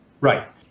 Right